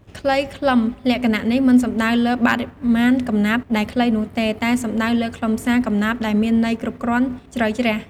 ខ្លី-ខ្លឹម លក្ខណៈនេះមិនសំដៅលើបរិមាណកំណាព្យដែលខ្លីនោះទេ តែសំដៅលើខ្លឹមសារកំណាព្យដែលមានន័យគ្រប់គ្រាន់ ជ្រៅជ្រះ។